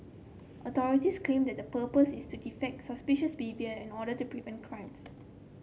authorities claim that the purpose is to detect suspicious behaviour in order to prevent crimes